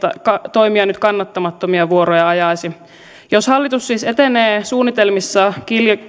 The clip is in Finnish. toimija nyt kannattamattomia vuoroja ajaisi jos hallitus siis etenee suunnitelmissaan